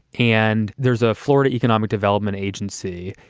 and there's a florida economic development agency.